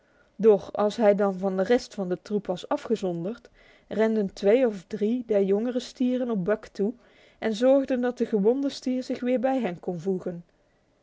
doch als hij dan van de rest van de troep was afgezonderd renden twee of drie der jongere stieren op buck toe en zorgden dat de gewonde stier zich weer bij hen kon voegen